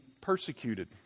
persecuted